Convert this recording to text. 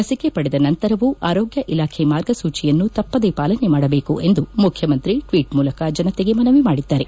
ಲಸಿಕೆ ಪಡೆದ ನಂತರವು ಆರೋಗ್ಯ ಇಲಾಖೆ ಮಾರ್ಗಸೂಚಿಯನ್ನು ತಪ್ಪದೇ ಪಾಲನೆ ಮಾಡಬೇಕು ಎಂದು ಮುಖ್ಯಮಂತ್ರಿ ಟ್ವೀಟ್ ಮೂಲಕ ಜನತೆಗೆ ಮನವಿ ಮಾಡಿದ್ದಾರೆ